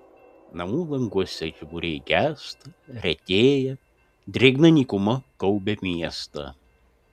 namų languose žiburiai gęsta retėja drėgna nykuma gaubia miestą